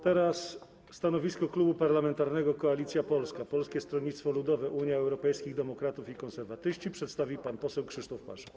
Teraz stanowisko Klubu Parlamentarnego Koalicja Polska - Polskie Stronnictwo Ludowe, Unia Europejskich Demokratów, Konserwatyści przedstawi pan poseł Krzysztof Paszyk.